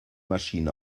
maschinen